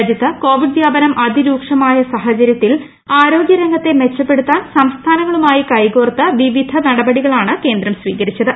രാജ്യത്തു കോവിഡ് വ്യാപനം അതിരൂക്ഷമായ സാഹചര്യത്തിൽ ആരോഗ്യ രംഗത്തെ മെച്ചപ്പെടുത്താൻ സംസ്ഥാനങ്ങളുമായി കൈകോർത്ത് വിവിധ നടപടികളാണ് കേന്ദ്രം സ്വീകരിച്ചത്